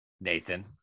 Nathan